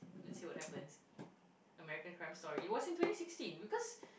let's see what happens American Crime Story it was in twenty sixteen because